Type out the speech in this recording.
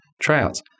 tryouts